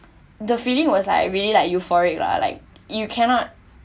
the feeling was I really like euphoric lah like you cannot